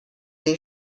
این